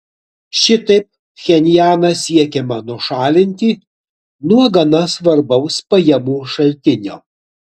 šitaip pchenjaną siekiama nušalinti nuo gana svarbaus pajamų šaltinio